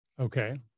Okay